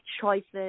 choices